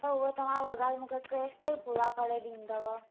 हुव तव्हां वॻा मूंखे केसिताईं पूरा करे ॾींदव